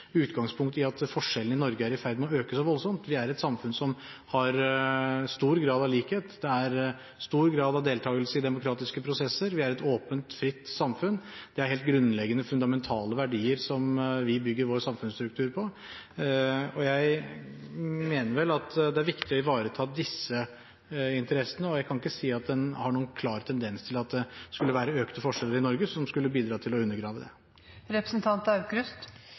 et samfunn som har stor grad av likhet. Det er stor grad av deltakelse i demokratiske prosesser. Vi er et åpent, fritt samfunn. Det er helt grunnleggende, fundamentale verdier som vi bygger vår samfunnsstruktur på. Jeg mener vel at det er viktig å ivareta disse interessene, og jeg kan ikke si at det er noen klar tendens til at det er økte forskjeller i Norge som skulle bidra til å undergrave det.